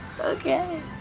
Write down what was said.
Okay